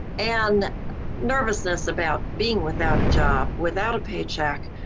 and nervousness about being without a job, without a paycheck,